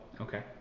Okay